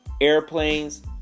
Airplanes